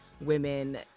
women